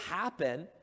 happen